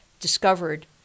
discovered